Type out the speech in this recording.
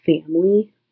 family